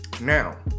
Now